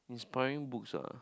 inspiring books ah